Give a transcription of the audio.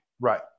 Right